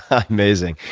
amazing.